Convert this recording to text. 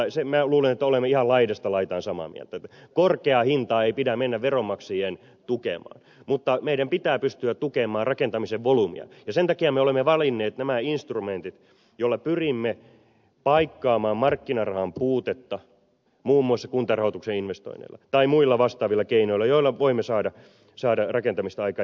minä luulen että olemme ihan laidasta laitaan samaa mieltä että korkeaa hintaa ei pidä mennä veronmaksajien tukemaan mutta meidän pitää pystyä tukemaan rakentamisen volyymia ja sen takia me olemme valinneet nämä instrumentit joilla pyrimme paikkaamaan markkinarahan puutetta muun muassa kuntarahoituksen investoinneilla tai muilla vastaavilla keinoilla joilla voimme saada rakentamista aikaan